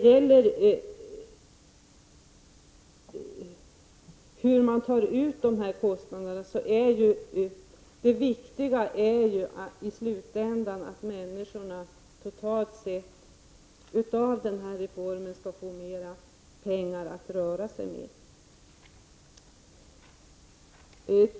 Oavsett hur de olika kostnaderna tas ut är det viktiga i slutändan att människorna totalt sett genom skattereformen får mer pengar att röra sig med.